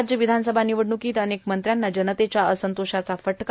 राज्य विधानसभा निवडण्कीत अनेक मंत्र्यांना जनतेच्या असंतोषाचा फटका